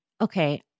Okay